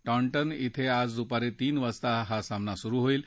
Taunton ड्वें आज दुपारी तीन वाजता हा सामना सुरु होईल